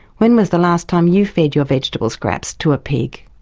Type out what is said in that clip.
when was the last time you fed your vegetable scraps to a pig?